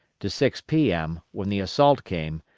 to six p m, when the assault came,